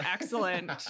excellent